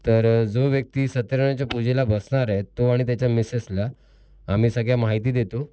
तर जो व्यक्ती सत्यनारायणाच्या पूजेला बसणार आहे तो आणि त्याच्या मिसेसला आम्ही सगळ्या माहिती देतो